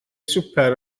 swper